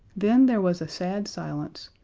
then there was a sad silence,